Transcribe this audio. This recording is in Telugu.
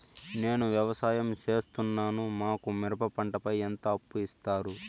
నేను వ్యవసాయం సేస్తున్నాను, మాకు మిరప పంటపై ఎంత అప్పు ఇస్తారు